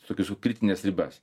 tokius vat kritines ribas